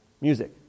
Music